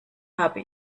habe